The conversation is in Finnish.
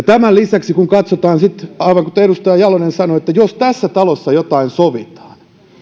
tämän lisäksi kun katsotaan sitten sitä aivan kuten edustaja jalonen sanoi että jos tässä talossa jotain sovitaan